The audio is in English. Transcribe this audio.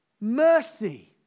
mercy